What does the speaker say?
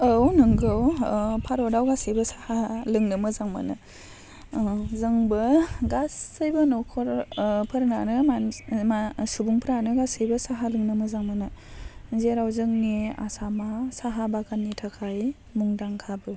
औ नोंगौ भारताव गासिबो साहा लोंनो मोजां मोनो उम जोंबो गासैबो नखर फोरनानो सुबुंफोरानो गासिबो साहा लोंनो मोजां मोनो जेराव जोंनि आसामा साहा बागाननि थाखाय मुंदांखाबो